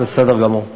בסדר גמור.